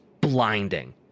blinding